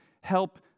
help